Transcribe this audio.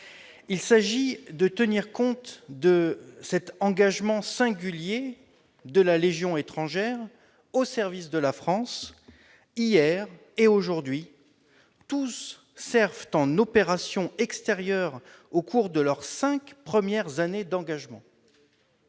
Il s'agit de tenir compte de l'engagement singulier de la Légion étrangère au service de la France, hier et aujourd'hui. Tous ses membres servent en opérations extérieures au cours de leurs cinq premières années d'engagement.